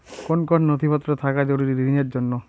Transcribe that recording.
কোন কোন নথিপত্র থাকা জরুরি ঋণের জন্য?